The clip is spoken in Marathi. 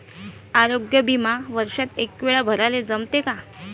आरोग्य बिमा वर्षात एकवेळा भराले जमते का?